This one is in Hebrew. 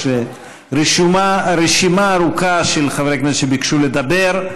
יש רשימה ארוכה של חברי כנסת שביקשו לדבר.